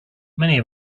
many